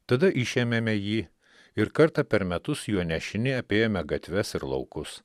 tada išėmėme jį ir kartą per metus juo nešini apėjome gatves ir laukus